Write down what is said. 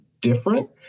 different